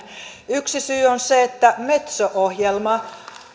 yksi syy on se että metso ohjelma